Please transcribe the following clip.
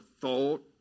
thought